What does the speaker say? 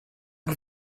and